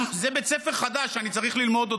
זה בית ספר חדש, אני צריך ללמוד אותו.